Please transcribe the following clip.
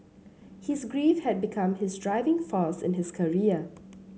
his grief had become his driving force in his career